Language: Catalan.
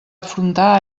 afrontar